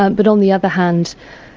um but on the other hand,